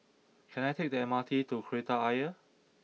can I take the M R T to Kreta Ayer